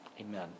amen